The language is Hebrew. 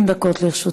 30 דקות לרשותך.